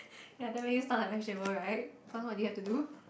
ya that made you stunt like vegetable right cause what did you have to do